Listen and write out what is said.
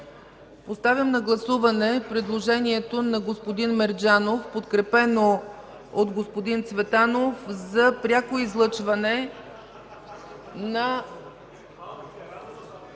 Поставям на гласуване предложението на господин Мерджанов, подкрепено от господин Цветанов, за пряко излъчване на